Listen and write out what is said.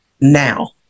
now